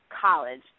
college